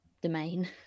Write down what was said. domain